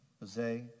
Jose